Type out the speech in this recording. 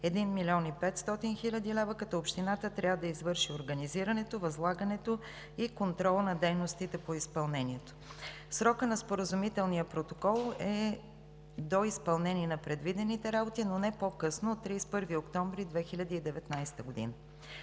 1 млн. 500 хил. лв., като общината трябва да извърши организирането, възлагането и контрола на дейностите по изпълнението. Срокът на Споразумителния протокол е до изпълнение на предвидените работи, но не по-късно от 31 октомври 2019 г.